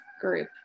group